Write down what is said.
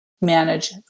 manage